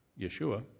Yeshua